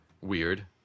weird